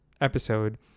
episode